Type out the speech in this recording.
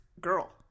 girl